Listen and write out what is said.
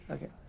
Okay